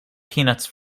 peanuts